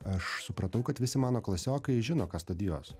aš supratau kad visi mano klasiokai žino ką studijuos